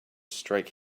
strike